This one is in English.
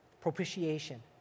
propitiation